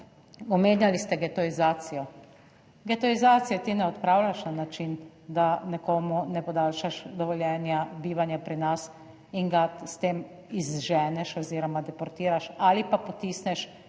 omenjali ste getoizacijo. Getoizacije ti ne odpravljaš na način, da nekomu ne podaljšaš dovoljenja bivanja pri nas in ga s tem izženeš oziroma deportiraš ali pa potisneš